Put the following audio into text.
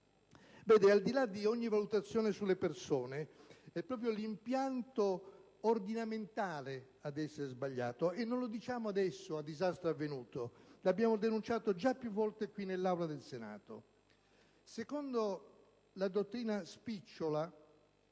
al di là di ogni valutazione sulle persone, è proprio l'impianto ordinamentale ad essere sbagliato; e non lo diciamo adesso, a disastro avvenuto: lo abbiamo già denunciato già più volte qui nell'Aula del Senato.